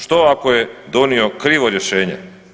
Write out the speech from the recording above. Što ako je donio krivo rješenje?